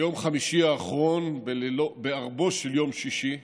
ביום חמישי האחרון, בערבו של יום שישי,